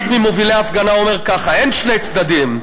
אחד ממובילי ההפגנה אומר ככה: אין שני צדדים,